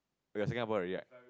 we are in Singapore already right